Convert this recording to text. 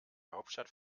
hauptstadt